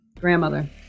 Grandmother